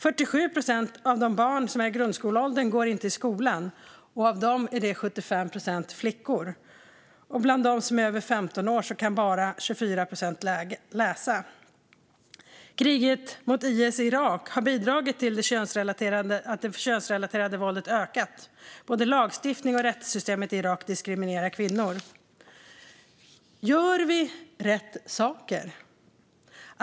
47 procent av barnen i grundskoleålder går inte i skolan, och av dem är 75 procent flickor. Bland dem som är över 15 år kan bara 24 procent läsa. Kriget mot IS i Irak har bidragit till att det könsrelaterade våldet har ökat. Både lagstiftning och rättssystem i Irak diskriminerar kvinnor. Gör vi rätt saker?